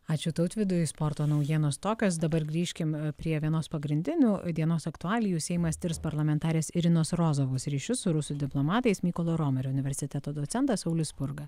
ačiū tautvydui sporto naujienos tokios dabar grįžkim prie vienos pagrindinių dienos aktualijų seimas tirs parlamentarės irinos rozovos ryšius su rusų diplomatais mykolo romerio universiteto docentas saulius spurga